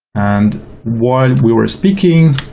and while we were speaking,